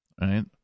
Right